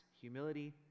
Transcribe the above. humility